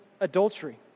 adultery